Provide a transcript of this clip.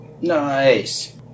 Nice